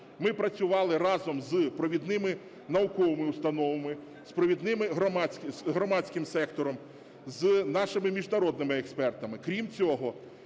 ми працювали разом з провідними науковими установами, з громадським сектором, з нашими міжнародними експертами. Крім цього,